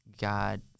God